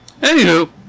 anywho